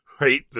Right